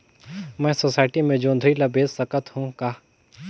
मैं सोसायटी मे जोंदरी ला बेच सकत हो का?